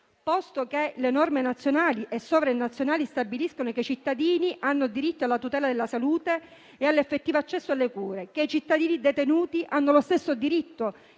ricordo che le norme nazionali e sovranazionali stabiliscono che i cittadini hanno diritto alla tutela della salute e all'effettivo accesso alle cure, che i cittadini detenuti hanno lo stesso diritto,